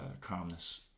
calmness